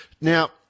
Now